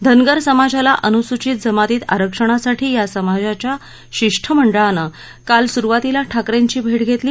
धनगर समाजाला अनुसूचित जमातीत आरक्षणासाठी या समाजाच्या शिष्टमंडळानं काल सुरुवातीला ठाकरेंची भेट घेतली